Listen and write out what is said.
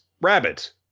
rabbit